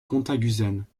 cantacuzène